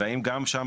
והאם גם שם,